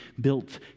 built